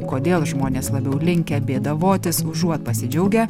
kodėl žmonės labiau linkę bėdavotis užuot pasidžiaugę